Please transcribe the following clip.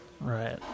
Right